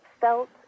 felt